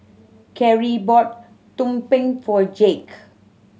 Carie bought tumpeng for Jake